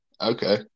Okay